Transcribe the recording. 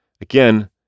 again